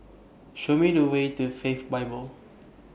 Show Me The Way to Faith Bible